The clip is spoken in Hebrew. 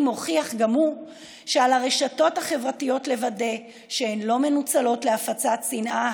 מוכיח גם הוא שעל הרשתות החברתיות לוודא שהן לא מנוצלות להפצת שנאה,